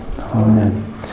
Amen